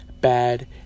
bad